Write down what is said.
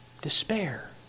despair